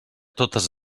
totes